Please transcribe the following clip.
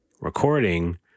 recording